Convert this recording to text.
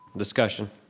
discussion.